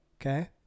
Okay